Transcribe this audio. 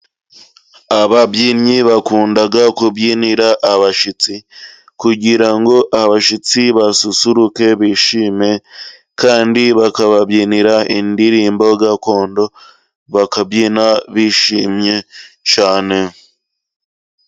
Ababyinnyi bakunda kubyinira abashyitsi, kugira ngo abashyitsi basusuruke bishime, kandi bakababyinira indirimbo gakondo, bakabyina bishimye cyane.